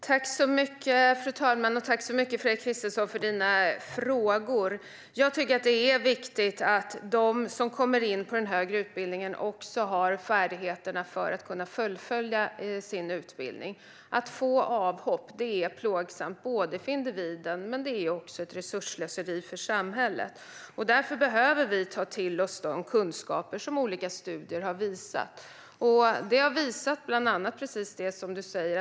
Fru talman! Tack så mycket, Fredrik Christensson, för dina frågor! Det är viktigt att de som kommer in på den högre utbildningen har färdigheterna för att kunna fullfölja sin utbildning. Att få avhopp är plågsamt för individen och också ett resursslöseri för samhället. Därför behöver vi ta till oss de kunskaper som olika studier har visat. De har visat bland annat precis det som du säger.